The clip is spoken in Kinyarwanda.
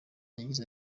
yagize